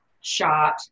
shot